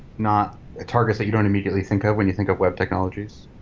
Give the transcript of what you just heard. not targets that you don't immediately think of when you think of web technologies.